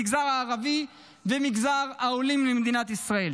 המגזר הערבי ומגזר העולים למדינת ישראל,